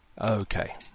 Okay